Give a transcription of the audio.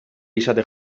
izaten